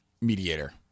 mediator